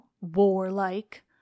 warlike